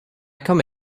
come